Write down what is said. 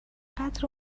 قدر